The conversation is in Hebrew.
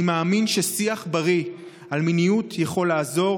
אני מאמין ששיח בריא על מיניות יכול לעזור